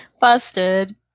Busted